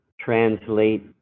translate